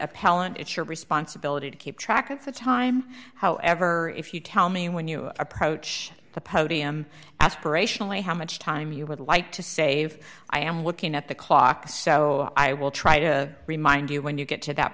appellant it's your responsibility to keep track of the time however if you tell me when you approach the podium aspirational how much time you would like to save i am looking at the clock so i will try to remind you when you get to that